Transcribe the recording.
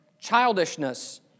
Childishness